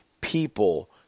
people